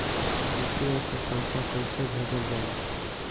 UPI से पैसा कइसे भेजल जाई?